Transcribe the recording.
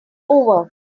over